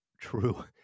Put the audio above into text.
true